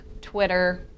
Twitter